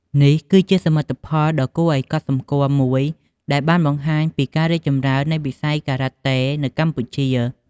នេះគឺជាសមិទ្ធផលដ៏គួរឲ្យកត់សម្គាល់មួយ ដែលបានបង្ហាញពីការរីកចម្រើននៃវិស័យការ៉ាតេនៅកម្ពុជា។